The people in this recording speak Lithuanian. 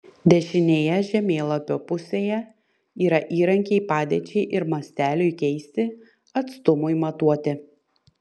dešinėje žemėlapio pusėje yra įrankiai padėčiai ir masteliui keisti atstumui matuoti